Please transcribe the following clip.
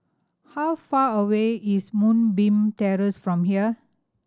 how far away is Moonbeam Terrace from here